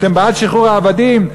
אתם בעד שחרור העבדים?